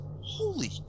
holy